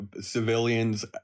civilians